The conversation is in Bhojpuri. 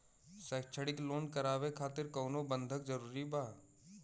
शैक्षणिक लोन करावे खातिर कउनो बंधक जरूरी बा?